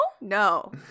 No